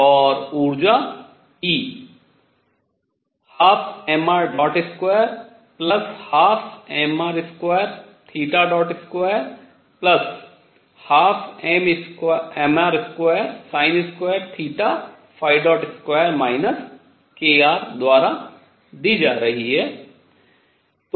और ऊर्जा E 12mr212mr2212mr22 kr द्वारा दी जा रही है